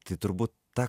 tai turbūt ta